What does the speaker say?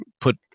put